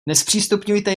nezpřístupňujte